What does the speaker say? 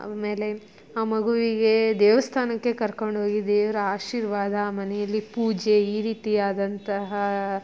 ಆಮೇಲೆ ಆ ಮಗುವಿಗೆ ದೇವಸ್ಥಾನಕ್ಕೆ ಕರ್ಕೊಂಡು ಹೋಗಿ ದೇವರ ಆಶೀರ್ವಾದ ಮನೆಯಲ್ಲಿ ಪೂಜೆ ಈ ರೀತಿಯಾದಂತಹ